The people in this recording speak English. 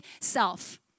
self